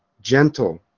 gentle